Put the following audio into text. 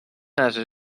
نذر